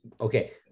Okay